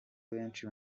benshi